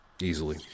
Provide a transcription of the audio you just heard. Easily